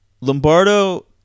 Lombardo